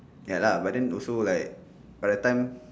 ya lah but then also like by that time